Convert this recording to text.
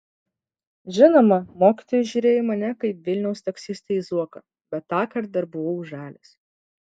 žinoma mokytojai žiūrėjo į mane kaip vilniaus taksistai į zuoką bet tąkart dar buvau žalias